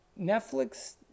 Netflix